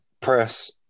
press